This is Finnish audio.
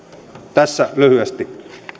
tässä lyhyesti